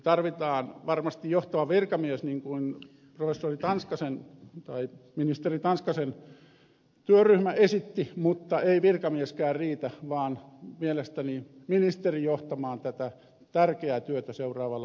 tarvitaan varmasti johtava virkamies niin kuin ministeri tanskasen työryhmä esitti mutta ei virkamieskään riitä vaan mielestäni tulee saada ministeri johtamaan tätä tärkeää työtä seuraavalla vaalikaudella